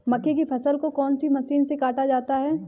मक्के की फसल को कौन सी मशीन से काटा जाता है?